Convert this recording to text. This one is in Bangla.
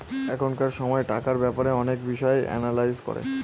এখনকার সময় টাকার ব্যাপারে অনেক বিষয় এনালাইজ করে